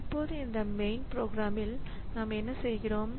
இப்போது இந்த மெயின் ப்ரோக்ராமில் நாம் என்ன செய்கிறோம்